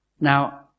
Now